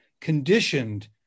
conditioned